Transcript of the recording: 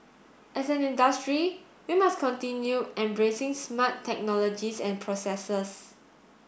as an industry we must continue embracing smart technologies and processes